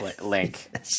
link